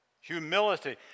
humility